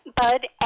Bud